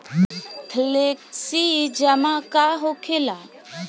Flexi जमा का होखेला?